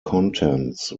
contents